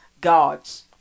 God's